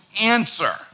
answer